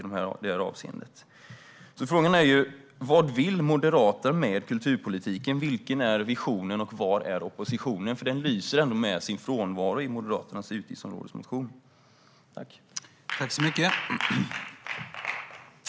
I detta avseende breddar vi kulturperspektivet. Vad vill Moderaterna med kulturpolitiken? Vilken vision har ni, och vari består er opposition? Detta lyser med sin frånvaro i Moderaternas motion för utgiftsområdet.